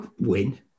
win